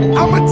I'ma